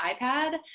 iPad